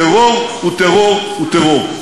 טרור הוא טרור הוא טרור.